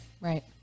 right